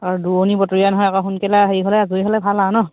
আৰু দূৰণিবটীয়া নহয় আকৌ সোনকালে আজৰি হ'লে ভাল আৰু ন